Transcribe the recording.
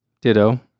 Ditto